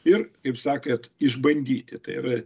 ir kaip sakėt išbandyti tai yra